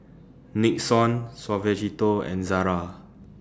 Nixon Suavecito and Zara